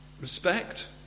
respect